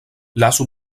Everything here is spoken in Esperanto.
lasu